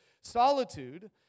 Solitude